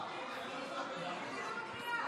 אני לא בקריאה.